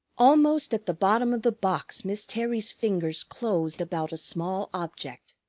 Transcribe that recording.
almost at the bottom of the box miss terry's fingers closed about a small object.